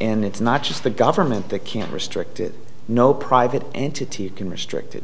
and it's not just the government that can restrict it no private entity it can restricted